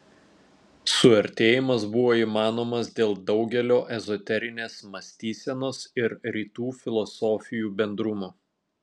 suartėjimas buvo įmanomas dėl daugelio ezoterinės mąstysenos ir rytų filosofijų bendrumų